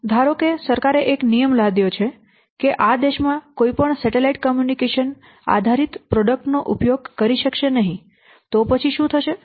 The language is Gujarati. અને ધારો કે સરકારે એક નિયમ લાદ્યો છે કે આ દેશમાં કોઈ પણ સેટેલાઇટ કમ્યુનિકેશન આધારિત પ્રોડક્ટ નો ઉપયોગ કરી શકશે નહીં તો પછી શું થશે